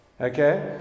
Okay